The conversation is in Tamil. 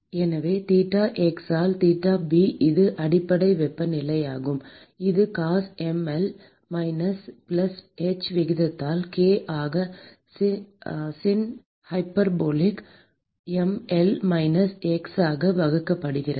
எனவே தீட்டா x ஆல் தீட்டா பி இது அடிப்படை வெப்பநிலையாகும் இது cos ML minus x plus H விகிதத்தால் கே ஆக sin hyperbolic M L minus x ஆக வகுக்கப்படுகிறது